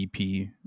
ep